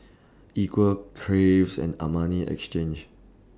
Equal Craves and Armani Exchange